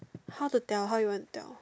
how to tell how you want to tell